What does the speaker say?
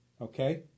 Okay